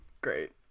Great